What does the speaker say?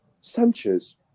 Sanchez